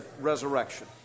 resurrection